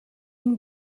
энэ